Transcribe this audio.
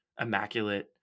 immaculate